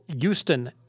Houston